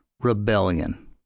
Rebellion